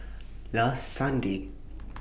last Sunday